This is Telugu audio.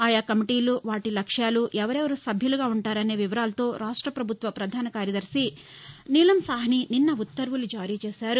ఆయా కమిటీలు వాటి లక్ష్యాలు ఎవరెవరు సభ్యులుగా ఉంటారనే వివరాలతో రాష్ట ప్రభుత్వ ప్రధాన కార్యదర్శి నీలం సాహ్ని నిన్న ఉత్తర్వులు జారీ చేశారు